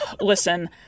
listen